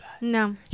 No